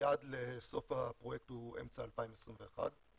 היעד לסוף הפרויקט הוא אמצע 2021,